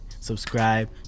subscribe